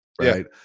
right